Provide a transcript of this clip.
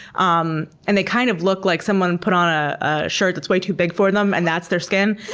um and they kind of look like someone put on a ah shirt that's way too big for them and that's their skin,